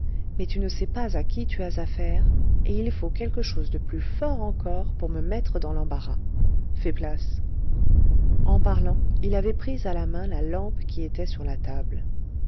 mais tu ne sais pas à qui tu as affaire et il faut quelque chose de plus fort encore pour me mettre dans l'embarras fais place en parlant il avait pris à la main la lampe qui était sur la table